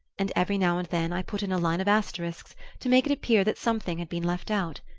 and every now and then i put in a line of asterisks to make it appear that something had been left out.